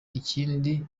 ikindi